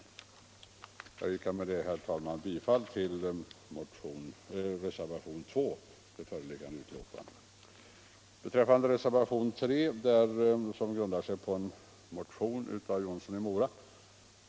Jag yrkar med detta, herr talman, bifall till reservationen 2 till föreliggande betänkande. Reservationen 3 grundar sig på en motion av herr Jonsson i Mora.